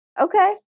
Okay